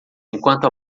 enquanto